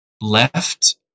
left